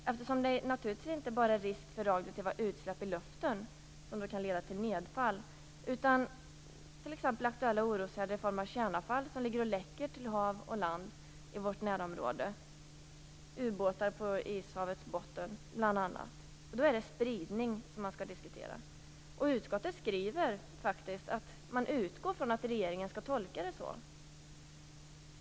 Det är naturligtvis inte bara risk för att radioaktiva utsläpp i luften kan leda till nedfall, utan det finns t.ex. också aktuella oroshärdar i form av kärnavfall som ligger och läcker till hav och land i vårt närområde. Det kan bl.a. gälla ubåtar på Ishavets botten. Det är då spridning som man skall diskutera. Utskottet skriver faktiskt att man utgår från att regeringen skall tolka det så.